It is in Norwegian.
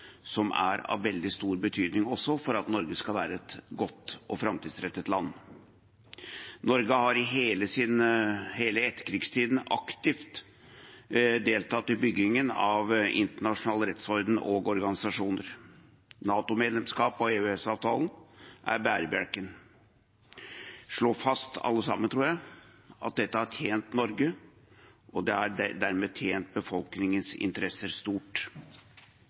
som også er av veldig stor betydning for at Norge skal være et godt og framtidsrettet land. Norge har i hele etterkrigstiden aktivt deltatt i byggingen av internasjonal rettsorden og organisasjoner. NATO-medlemskapet og EØS-avtalen er bærebjelkene. Vi kan alle sammen slå fast, tror jeg, at dette har tjent Norge, og det har dermed tjent befolkningens interesser stort.